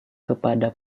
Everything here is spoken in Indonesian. kepada